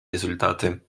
результаты